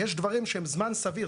יש דברים שהם זמן סביר.